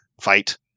fight